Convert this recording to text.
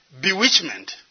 bewitchment